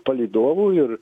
palydovų ir